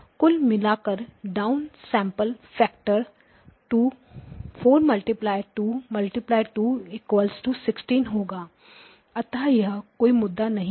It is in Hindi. कुल मिलाकर डाउनसेंपल फ़ैक्टर 4 2 2 16 होगा अतः यह कोई मुद्दा नहीं है